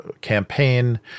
campaign